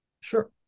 Sure